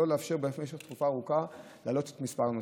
שלא לאפשר במשך תקופה ארוכה להעלות את מספר הנוסעים.